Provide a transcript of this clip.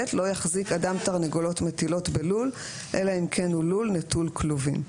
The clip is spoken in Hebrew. לא יחזיק אדם תרנגולות מטילות בלול אלא אם כן הוא לול נטול כלובים.